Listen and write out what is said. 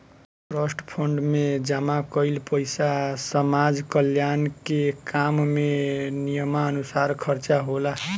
trust fund में जमा कईल पइसा समाज कल्याण के काम में नियमानुसार खर्चा होला